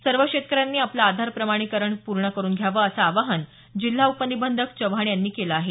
सर्व शेतकऱ्यांनी आपलं आधार प्रमाणीकरण पूर्ण करून घ्यावं असं आवाहन जिल्हा उपनिबंधक चव्हाण यांनी केलं आहे